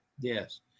Yes